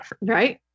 Right